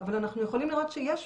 אבל אנחנו יכולים לראות שיש